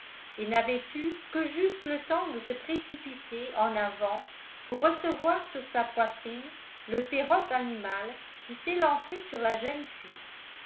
eu que juste le temps de se précipiter en avant pour recevoir sur sa poitrine le féroce animal qui s'élançait sur la jeune fille